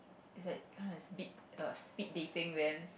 is like that kind of speed err speed dating then